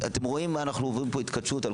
אתם רואים איזו התכתשות אנחנו עוברים פה